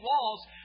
walls